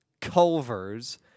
Culver's